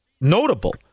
notable